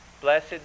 Blessed